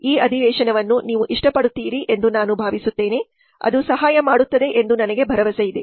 ಈ ಅಧಿವೇಶನವನ್ನು ನೀವು ಇಷ್ಟಪಡುತ್ತೀರಿ ಎಂದು ನಾನು ಭಾವಿಸುತ್ತೇನೆ ಅದು ಸಹಾಯ ಮಾಡುತ್ತದೆ ಎಂದು ನಾನು ಭಾವಿಸುತ್ತೇನೆ